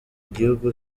igihugu